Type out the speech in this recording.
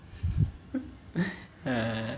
err